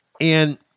And-